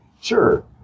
Sure